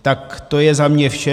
Tak to je za mě vše.